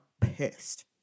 pissed